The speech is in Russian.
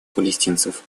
палестинцев